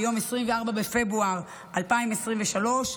ביום 24 בפברואר 2023,